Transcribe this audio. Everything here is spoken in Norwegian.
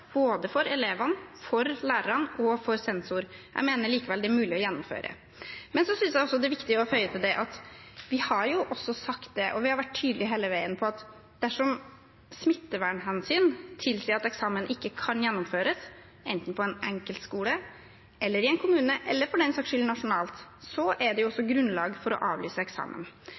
både for elevene, for lærerne og for sensor. Jeg mener likevel det er mulig å gjennomføre. Jeg synes også det er viktig å føye til at vi har sagt og vært tydelige hele veien på at dersom smittevernhensyn tilsier at eksamen ikke kan gjennomføres, enten på en enkeltskole eller i en kommune, eller for den saks skyld nasjonalt, er det grunnlag for å avlyse eksamen.